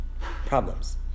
problems